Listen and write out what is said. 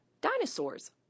Dinosaurs